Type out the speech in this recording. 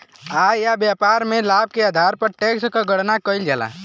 आय या व्यापार में लाभ के आधार पर टैक्स क गणना कइल जाला